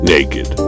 Naked